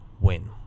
win